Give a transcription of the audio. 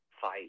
fight